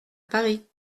paris